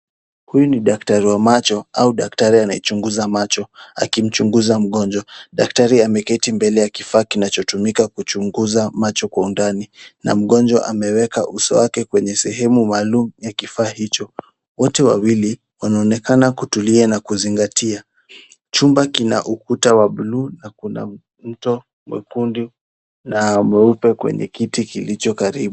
Huyu ni daktari wa macho au daktari anayechunguza macho akimchunguza mgonjwa. Daktari ameketi mbele ya kifaa kinachotumika kuchunguza macho kwa undani na mgojwa ameweka uso wake kwenye sehemu maalum ya kifaa hicho. Wote wawili wanaonekana kutulia na kuzingatia. Chumba kina ukuta wa buluu na kuna mto mwekundu na mweupe kwenye kiti kilicho karibu.